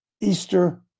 Easter